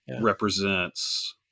represents